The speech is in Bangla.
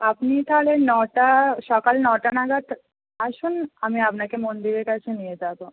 আপনি তাহলে নটা সকাল নটা নাগাদ আসুন আমি আপনাকে মন্দিরের কাছে নিয়ে যাবো